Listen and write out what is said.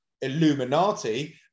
Illuminati